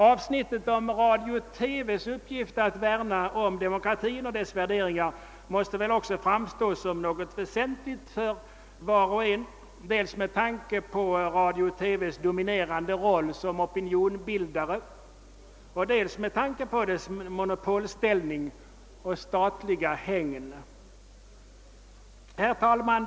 Avsnittet om radions och televisionens uppgift att värna om demokratin och dess värderingar måste väl också framstå som något väsentligt för var och en, dels med tanke på radions och televisionens dominerande roll som opinionsbildare och dels med tanke på deras monopolställning under statligt hägn. Herr talman!